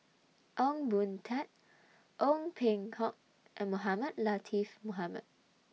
Ong Boon Tat Ong Peng Hock and Mohamed Latiff Mohamed